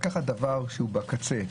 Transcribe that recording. לקחת דבר שהוא בקצה,